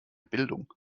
bildung